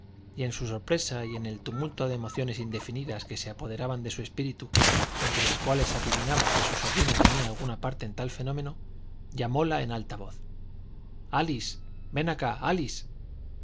y en su sorpresa y en el tumulto de emociones indefinidas que se apoderaban de su espíritu entre las cuales adivinaba que su sobrina tenía alguna parte en tal fenómeno llamóla en alta voz álice ven acá álice